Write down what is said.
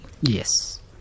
Yes